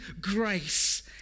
grace